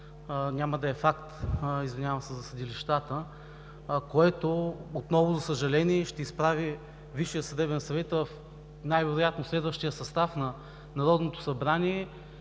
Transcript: няма да е факт за съдилищата. Това, отново за съжаление, ще изправи Висшия съдебен съвет, най-вероятно и следващия състав на Народното събрание,